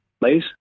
please